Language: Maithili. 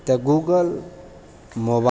तऽ गूगल मोबाइल